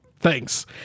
thanks